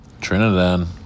Trinidad